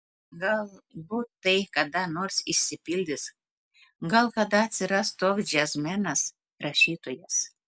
galbūt tai kada nors išsipildys gal kada atsiras toks džiazmenas rašytojas